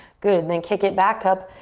good, then kick it back up,